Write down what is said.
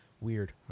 weird